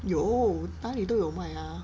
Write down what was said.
有哪里都有卖啊